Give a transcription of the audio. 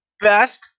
best